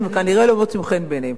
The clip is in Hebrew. כנראה לא מוצאים חן בעיניהם.